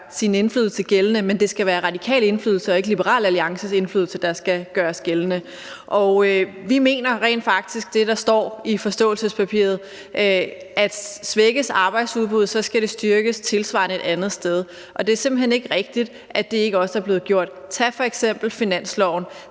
sin indflydelse gældende, men det skal være radikal indflydelse og ikke Liberal Alliances indflydelse, der skal gøres gældende. Vi mener rent faktisk det, der står i forståelsespapiret, nemlig at svækkes arbejdsudbuddet, skal det styrkes tilsvarende et andet sted. Og det er simpelt hen ikke rigtigt, at det ikke også er blevet gjort. Tag f.eks. finansloven.